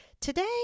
Today